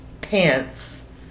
pants